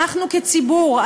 אנחנו כציבור,